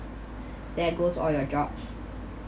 there goes all your job